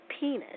penis